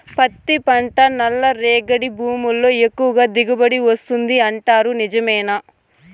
పత్తి పంట నల్లరేగడి భూముల్లో ఎక్కువగా దిగుబడి వస్తుంది అంటారు నిజమేనా